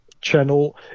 channel